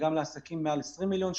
וגם לעסקים מעל 20 מיליון שקל,